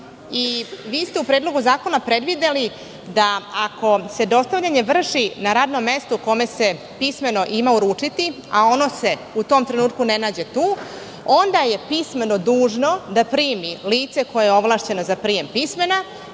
Vi ste u Predlogu zakona predvideli da, ako se dostavljanje vrši na radnom mestu u kome se pismeno ima uručiti, a ono se u tom trenutku ne nađe tu, onda je pismeno dužno da primi lice koje je ovlašćeno za prijem pismena